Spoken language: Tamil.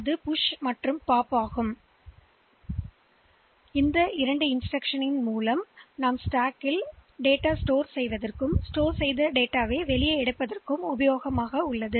8085 இல் 2 இன்ஸ்டிரக்ஷன்ல்கள் உள்ளன இதன் மூலம் நீங்கள் சில மதிப்புகளை அடுக்கில் சேமிக்கலாம் அல்லது சில மதிப்புகளை அடுக்கிலிருந்து மீட்டெடுக்கலாம்